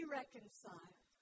reconciled